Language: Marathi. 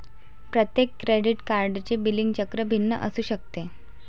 प्रत्येक क्रेडिट कार्डचे बिलिंग चक्र भिन्न असू शकते